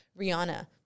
Rihanna